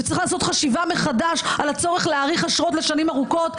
וצריך לעשות חשיבה מחדש על הצורך להאריך אשרות לשנים ארוכות,